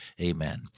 Amen